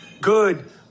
Good